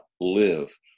live